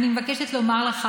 אני מבקשת לומר לך: